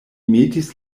metis